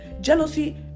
Jealousy